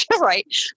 right